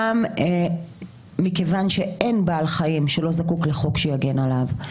אין בעל חיים שלא זקוק לחוק שיגן עליו.